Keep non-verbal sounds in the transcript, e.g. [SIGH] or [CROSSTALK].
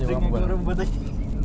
dengan kau rembu~ [LAUGHS]